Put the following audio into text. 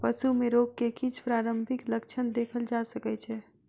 पशु में रोग के किछ प्रारंभिक लक्षण देखल जा सकै छै